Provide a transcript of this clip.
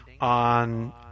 on